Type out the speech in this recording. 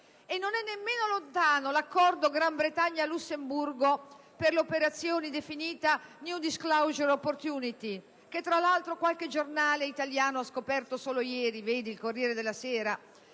non è nemmeno lontano l'accordo Gran Bretagna-Lussemburgo per l'operazione definita «*New disclosure opportunity»*, che tra l'altro qualche giornale ha scoperto solo ieri - vedi il "Corriere della Sera"